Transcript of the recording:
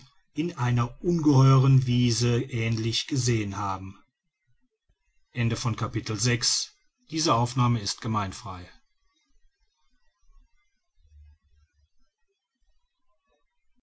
in einer ungeheuren wiese ähnlich gesehen haben